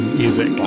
music